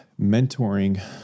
Mentoring